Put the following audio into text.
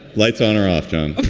lights on or off kind of